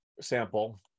sample